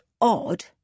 odd